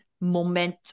moment